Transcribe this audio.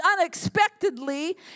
unexpectedly